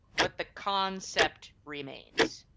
but the concept remains.